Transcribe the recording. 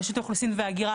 רשות האוכלוסין וההגירה,